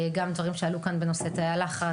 גם דברים שעלו כאן בנושא תאי הלחץ,